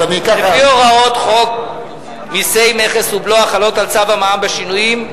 לפי הוראות חוק מסי מכס ובלו החלות על צו המע"מ בשינויים,